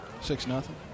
Six-nothing